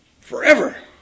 forever